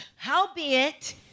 Howbeit